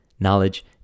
Knowledge